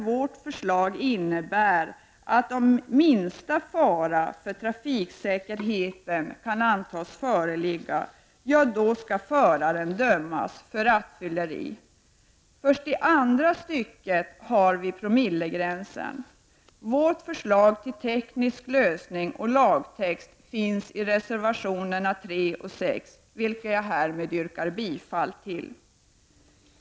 Vårt förslag innebär därför att om minsta fara för trafiksäkerheten kan antas föreligga, skall föraren dömas för rattfylleri. Först i andra stycket har vi promillegränsen. Vårt förslag till teknisk lösning av lagtexten finns i reservationerna 3 och 6, vilka jag härmed yrkar bifall till.